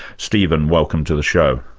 steven welcome to the show.